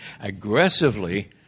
aggressively